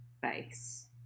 face